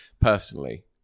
personally